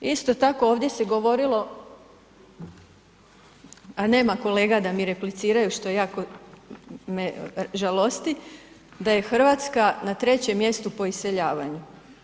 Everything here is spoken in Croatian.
Isto tako, ovdje se govorilo, a nema kolega da mi repliciraju, što je jako me žalosti da je Hrvatska na 3. mjestu po iseljavanju.